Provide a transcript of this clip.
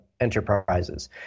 enterprises